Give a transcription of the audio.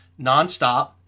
nonstop